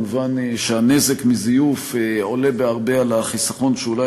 מובן שהנזק מזיוף עולה בהרבה על החיסכון שאולי